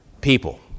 people